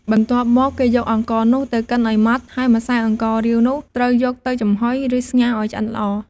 បន្ទាប់មក គេយកអង្ករនោះទៅកិនឲ្យម៉ដ្ឋ ហើយម្សៅអង្កររាវនោះត្រូវយកទៅចំហុយ ឬស្ងោរឲ្យឆ្អិនល្អ។